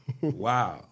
Wow